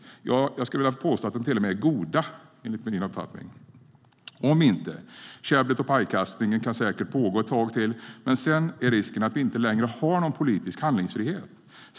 Jag skulle vilja påstå att de till och med är goda. Om inte kan käbblet och pajkastningen säkert pågå ett tag till, men sedan är risken att vi inte längre har någon politisk handlingsfrihet.